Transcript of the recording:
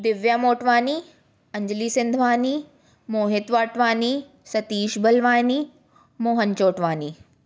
Divya Motwani Anjali Sindhwani Mohit Watwani Satish Balwani Mohan Chotwani